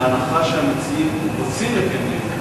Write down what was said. בהנחה שהמציעים רוצים לקיים דיון,